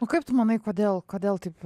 o kaip tu manai kodėl kodėl taip